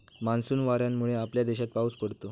monsoon वाऱ्यांमुळे आपल्या देशात पाऊस पडतो